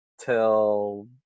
till